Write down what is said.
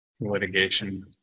litigation